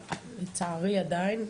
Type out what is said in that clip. לצערי, עדיין.